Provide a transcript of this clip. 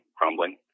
crumbling